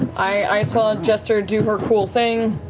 i saw jester do her cool thing,